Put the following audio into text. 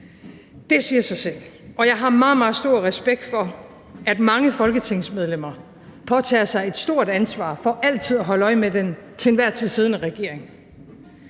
Det siger sig selv. Og jeg har meget, meget stor respekt for, at mange folketingsmedlemmer påtager sig et stort ansvar for altid at holde øje med den til enhver tid siddende regering.